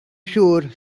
siŵr